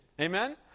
Amen